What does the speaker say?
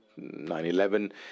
9-11